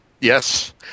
Yes